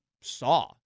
saw